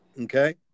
Okay